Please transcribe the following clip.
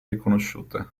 riconosciute